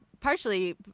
partially